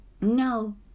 No